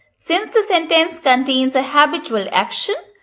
since the sentence contains a habitual action,